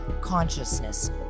consciousness